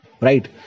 right